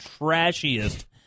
trashiest